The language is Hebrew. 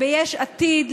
ביש עתיד,